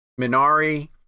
Minari